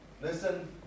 listen